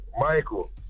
Michael